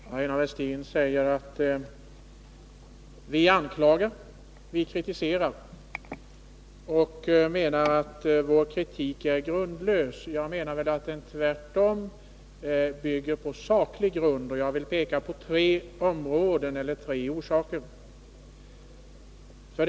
Herr talman! Aina Westin säger att vi anklagar och kritiserar, och hon anser att vår kritik är grundlös. Jag menar att den tvärtom bygger på saklig grund. Jag vill peka på tre områden för vår kritik.